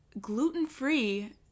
gluten-free